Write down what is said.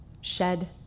shed